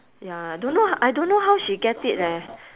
ya don't know I don't know how she get it leh